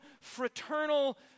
fraternal